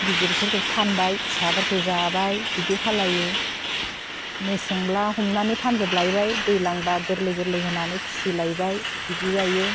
गिदिरफोरखो फानबाय फिसाफोरखौ जाबाय बिदि खालामो मेसेंब्ला हमनानै फानजोबलायबाय दैज्लांबा गोरलै गोरलै होनानै फिसिलायबाय बिदि जायो